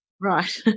Right